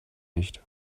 nicht